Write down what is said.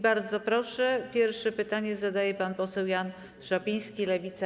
Bardzo proszę, pierwsze pytanie zadaje pan poseł Jan Szopiński, Lewica.